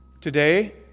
Today